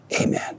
amen